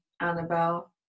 Annabelle